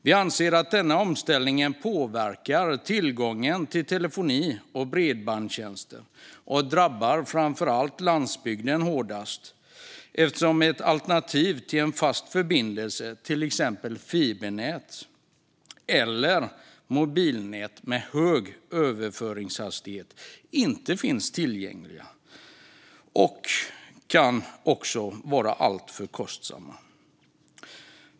Vi anser att denna omställning påverkar tillgången till telefoni och bredbandstjänster, och det drabbar landsbygden hårdast eftersom alternativ till en fast förbindelse, till exempel fibernät eller mobilnät med hög överföringshastighet, inte alltid är tillgängliga och dessutom kan vara alltför kostsamma.